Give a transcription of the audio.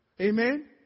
Amen